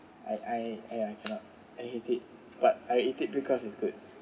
I I I I cannot I hate it but I eat it because it's goods